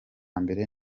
mbere